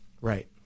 Right